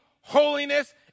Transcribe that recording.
holiness